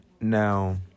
Now